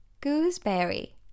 Gooseberry